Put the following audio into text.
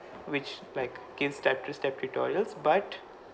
which like gives step to step tutorials but